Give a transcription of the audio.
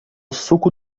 suco